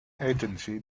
agency